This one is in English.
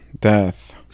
Death